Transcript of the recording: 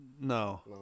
No